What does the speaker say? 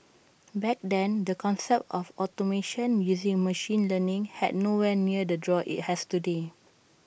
back then the concept of automation using machine learning had nowhere near the draw IT has today